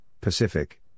Pacific